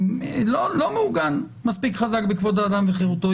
הזכות לסביבה בריאה לא מעוגן מספיק בחוק יסוד: כבוד האדם וחירותו,